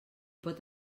pot